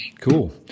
Cool